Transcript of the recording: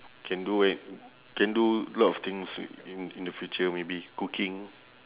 can do a~ can do a lot of things in in the future maybe cooking